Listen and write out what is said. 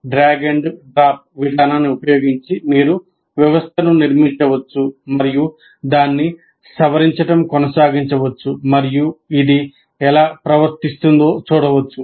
drag and drop విధానాన్ని ఉపయోగించి మీరు వ్యవస్థను నిర్మించవచ్చు మరియు దాన్ని సవరించడం కొనసాగించవచ్చు మరియు ఇది ఎలా ప్రవర్తిస్తుందో చూడవచ్చు